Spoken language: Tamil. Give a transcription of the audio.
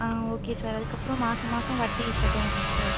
ஆ ஓகே சார் அதுக்கப்புறம் மாதம் மாதம் வட்டி கட்டணுமா சார்